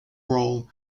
role